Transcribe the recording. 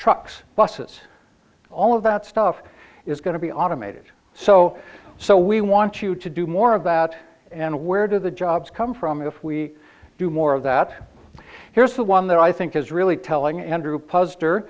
trucks buses all of that stuff is going to be automated so so we want you to do more about and where do the jobs come from if we do more of that here's the one that i think is really telling andrew poster